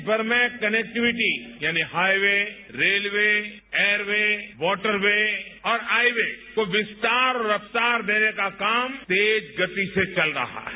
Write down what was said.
देशमर में कनेक्टिविटी यानी हाईवे रेलये एयरवे वॉटरवे और आईवे को विस्तार और रफ्तार देने का काम तेज गति से चल रहा है